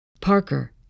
Parker